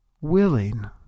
willing